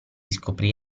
scoprì